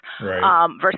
versus